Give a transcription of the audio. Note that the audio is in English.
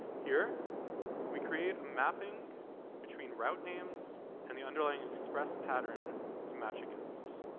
here we create a mapping between route names and the underlying express pattern to match against.